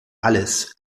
alles